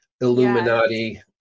Illuminati